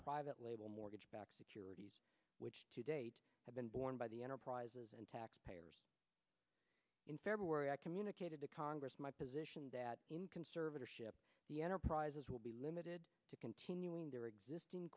private label mortgage backed securities which to date have been borne by the enterprises and taxpayers in february i communicated to congress my position that in conservatorship the enterprises will be limited to continuing their existing